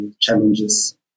challenges